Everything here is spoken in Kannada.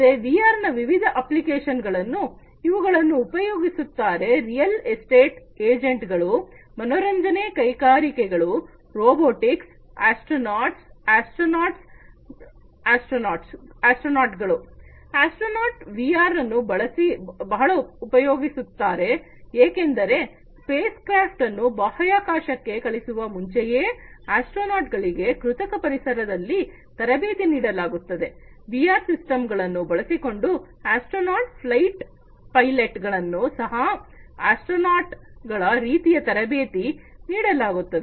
ಮತ್ತೆ ವಿಆರ್ ನ ವಿವಿಧ ಅಪ್ಲಿಕೇಶನ್ ಗಳಲ್ಲಿ ಇವುಗಳಲ್ಲಿ ಉಪಯೋಗಿಸುತ್ತಾರೆ ರಿಯಲ್ ಎಸ್ಟೇಟ್ ಏಜೆಂಟ್ ಗಳು ಮನೋರಂಜನೆ ಕೈಗಾರಿಕೆಗಳು ರೋಬೋಟಿಕ್ಸ್ ಅಸ್ತ್ರೋನೌಟ್ ಗಳು ಅಸ್ತ್ರೋನೌಟ್ ವಿಆರ್ ಅನ್ನು ಬಹಳ ಉಪಯೋಗಿಸುತ್ತಾರೆ ಏಕೆಂದರೆ ಸ್ಪೇಸ್ ಕ್ರಾಫ್ಪ ಅನ್ನು ಬಾಹ್ಯಾಕಾಶಕ್ಕೆ ಕಳಿಸುವ ಮುಂಚೆಯೇ ಆಸ್ಟ್ರೋನಾಟ್ ಗಳಿಗೆ ಕೃತಕ ಪರಿಸರದಲ್ಲಿ ತರಬೇತಿ ನೀಡಲಾಗುತ್ತದೆ ವಿಆರ್ ಸಿಸ್ಟಮ್ ಗಳನ್ನು ಬಳಸಿಕೊಂಡು ಆಸ್ಟ್ರೋನಾಟ್ ಫ್ಲೈಟ್ ಪೈಲೆಟ್ ಗಳನ್ನು ಸಹ ಆಸ್ಟ್ರೋನಾಟ್ ಗಳ ರೀತಿಯಲ್ಲಿ ತರಬೇತಿ ನೀಡಲಾಗುತ್ತದೆ